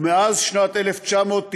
ומאז 1995,